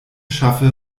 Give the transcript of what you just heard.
schaffe